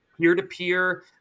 peer-to-peer